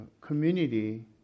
community